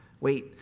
wait